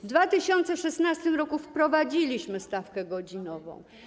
W 2016 r. wprowadziliśmy stawkę godzinową.